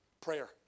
Prayer